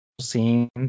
scene